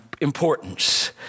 importance